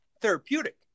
therapeutic